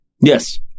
Yes